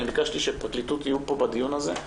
אני ביקשתי שהפרקליטות יהיו פה בדיון הזה,